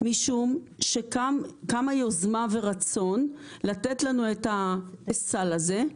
משום שקמה יוזמה ורצון לתת לנו את הסל הזה,